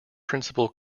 principal